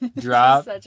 drop